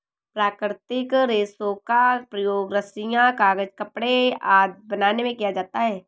प्राकृतिक रेशों का प्रयोग रस्सियॉँ, कागज़, कपड़े आदि बनाने में किया जाता है